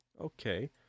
okay